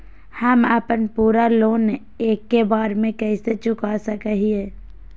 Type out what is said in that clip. हम अपन पूरा लोन एके बार में कैसे चुका सकई हियई?